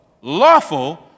Lawful